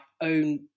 own